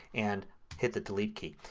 and hit the delete key.